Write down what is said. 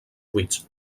cuits